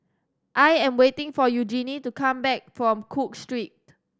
I am waiting for Eugenie to come back from Cook Street